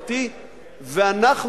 אנחנו,